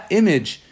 image